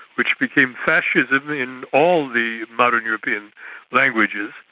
which became fascism in all of the modern european languages.